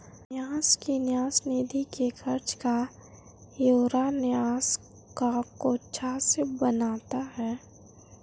न्यास की न्यास निधि के खर्च का ब्यौरा न्यास का कोषाध्यक्ष बनाता है